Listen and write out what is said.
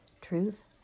Truth